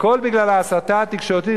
הכול בגלל ההסתה התקשורתית,